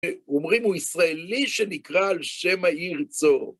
אומרים הוא ישראלי שנקרא על שם העיר צור.